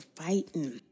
fighting